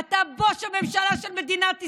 אתה בוש הממשלה של מדינת ישראל.